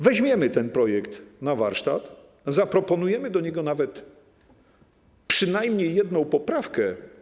Weźmiemy ten projekt na warsztat, zaproponujemy do niego nawet przynajmniej jedną poprawkę.